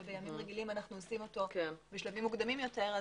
שבימים רגילים אנו עושים אותו בשלבים מוקדמים יותר,